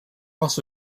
also